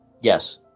Yes